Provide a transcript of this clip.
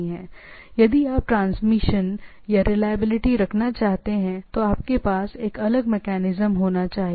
यदि आप चीजों पर रिलायबिलिटी रखना चाहते हैं तो आपके पास चीजों का एक अलग मेकैनिज्म होना चाहिए